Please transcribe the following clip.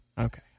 okay